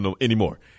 anymore